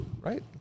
right